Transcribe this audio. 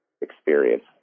experience